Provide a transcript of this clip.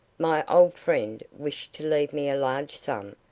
my old friend wished to leave me a large sum,